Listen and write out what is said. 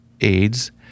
AIDS